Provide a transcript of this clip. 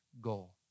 goal